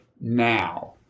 now